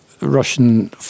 Russian